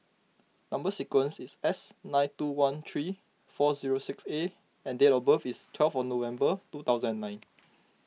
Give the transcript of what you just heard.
Number Sequence is S nine two one three four zero six A and date of birth is twelve of November two thousand and nine